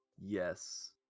Yes